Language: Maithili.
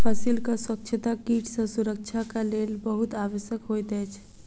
फसीलक स्वच्छता कीट सॅ सुरक्षाक लेल बहुत आवश्यक होइत अछि